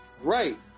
Right